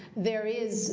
there is